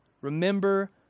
remember